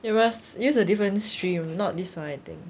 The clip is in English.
you must use a different stream not this [one]